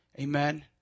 Amen